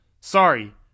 sorry